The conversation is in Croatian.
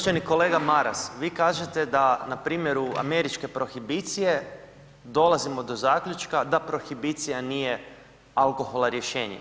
Uvaženi kolega Maras, vi kažete da na primjeru američke prohibicije dolazimo do zaključka da prohibicija nije alkohola rješenje.